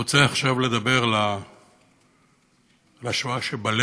רוצה עכשיו לדבר על השואה שבלב,